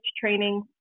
training